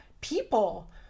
people